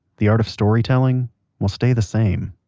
the art of storytelling will stay the same